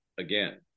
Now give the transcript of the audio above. again